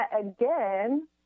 again